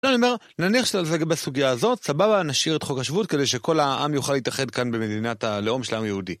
אני אומר, נניח שזה בסוגיה הזאת, סבבה, נשאיר את חוק השבות כדי שכל העם יוכל להתאחד כאן במדינת הלאום של העם היהודי.